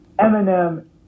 Eminem